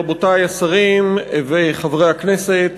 רבותי השרים וחברי הכנסת,